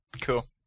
Cool